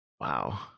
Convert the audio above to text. Wow